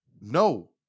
No